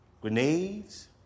Grenades